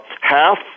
half